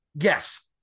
yes